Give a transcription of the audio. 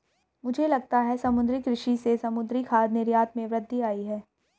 मुझे लगता है समुद्री कृषि से समुद्री खाद्य निर्यात में वृद्धि आयी है